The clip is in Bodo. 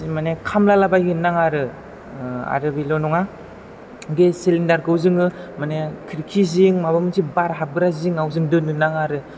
माने खामलाबायनो नाङा आरो आरो बेल' नङा गेस सिलिन्दार खौ जोङो माने खिरखि जिं माबा मोनसे बार हाबग्रा जिङाव जों दोन्नो नाङा आरो